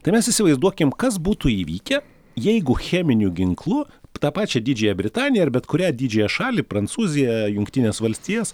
tai mes įsivaizduokim kas būtų įvykę jeigu cheminiu ginklu tą pačią didžiąją britaniją ar bet kurią didžiąją šalį prancūziją jungtines valstijas